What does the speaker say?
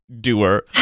doer